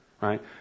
Right